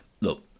look